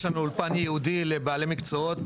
יש לנו אולפן ייעודי לבעלי מקצועות,